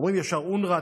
אומרים ישר "אונר"א",